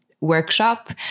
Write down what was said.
workshop